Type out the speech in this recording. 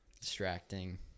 distracting